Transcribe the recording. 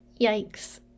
Yikes